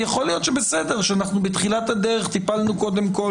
יכול להיות שאנחנו בתחילת הדרך, שטיפלנו קודם כל